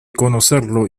conocerlo